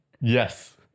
Yes